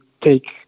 take